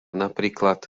napríklad